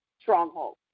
stronghold